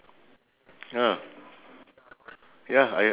uh sorry repeat